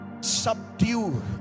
Subdue